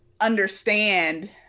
understand